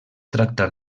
tractar